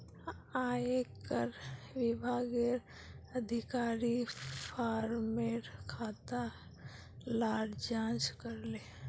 आयेकर विभागेर अधिकारी फार्मर खाता लार जांच करले